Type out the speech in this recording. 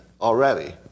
already